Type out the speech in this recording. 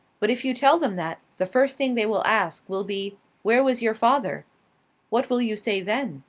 but if you tell them that, the first thing they will ask will be where was your father what will you say then?